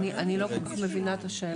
אני לא כל כך מבינה את השאלה.